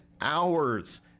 hours